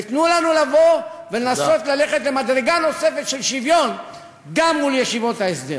ותנו לנו לבוא ולנסות ללכת למדרגה נוספת של שוויון גם מול ישיבות ההסדר.